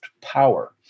power